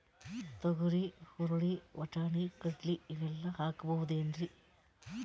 ತೊಗರಿ, ಹುರಳಿ, ವಟ್ಟಣಿ, ಕಡಲಿ ಇವೆಲ್ಲಾ ಹಾಕಬಹುದೇನ್ರಿ?